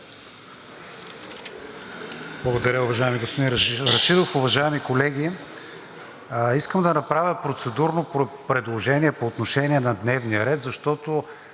Благодаря, уважаеми господин Рашидов. Уважаеми колеги, искам да направя процедурно предложение по отношение на дневния ред, защото